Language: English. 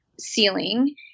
ceiling